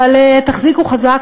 אבל תחזיקו חזק,